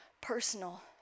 personal